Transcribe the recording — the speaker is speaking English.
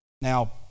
Now